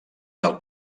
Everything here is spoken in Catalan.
del